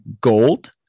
gold